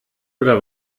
oder